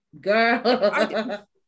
girl